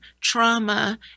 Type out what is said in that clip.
trauma